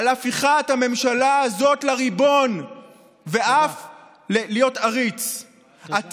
על הפיכת הממשלה הזאת לריבון ואף להיותה עריצה?